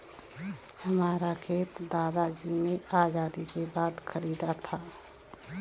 हमारा खेत दादाजी ने आजादी के बाद खरीदा था